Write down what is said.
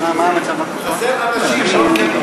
חסרים אנשים, לא תקנים.